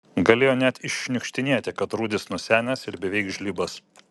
galėjo net iššniukštinėti kad rudis nusenęs ir beveik žlibas